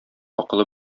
акылы